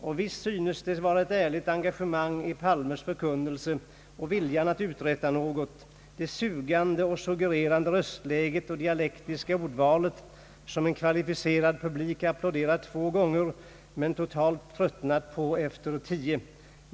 Och visst syns det vara ett ärligt engagemang i Palmes förkunnelse och viljan att uträtta något, det sugande och suggererande röstläget och dialektiska ordvalet, som en kvalificerad publik applåderar 2 gånger men totalt tröttnat på efter 10.